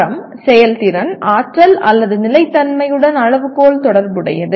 தரம் செயல்திறன் ஆற்றல் அல்லது நிலைத்தன்மையுடன் அளவுகோல் தொடர்புடையது